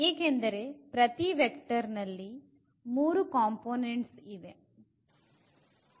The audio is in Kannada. ಏಕೆಂದರೆ ಪ್ರತಿ ವೆಕ್ಟರ್ ನಲ್ಲಿ ಮೂರು ಅಂಶಗಳಿವೆ